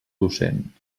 docent